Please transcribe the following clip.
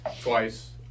Twice